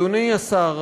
אדוני השר,